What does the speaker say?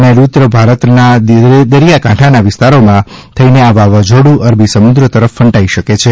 નૈઋત્ય ભારતના દરિયાકાંઠાના વિસ્તારોમાં થઇને આ વાવાઝોડું અરબી સમુદ્ર તરફ ફંટાઇ શકે છે